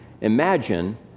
imagine